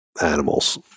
animals